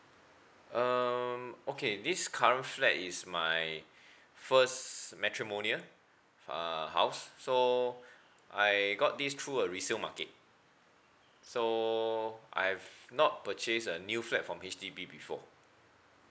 um okay this current flat is my first matrimonial uh house so I got this through a resale market so I've not purchase a new fat from H_D_B before